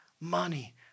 money